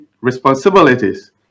responsibilities